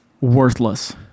worthless